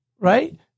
right